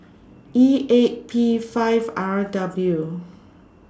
E eight P five R W